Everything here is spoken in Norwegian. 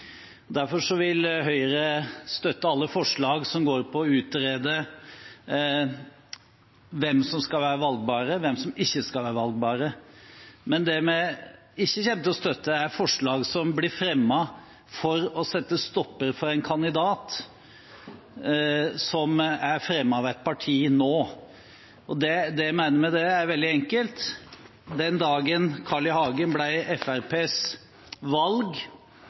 Derfor vil Høyre støtte alle forslag som går på å utrede hvem som skal være valgbar, og hvem som ikke skal være valgbar. Men det vi ikke kommer til å støtte, er forslag som blir fremmet for å sette en stopper for en kandidat, som er fremmet av et parti nå. Det er veldig enkelt: Den dagen Carl I. Hagen ble Fremskrittspartiets valg